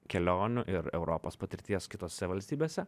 kelionių ir europos patirties kitose valstybėse